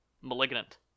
Malignant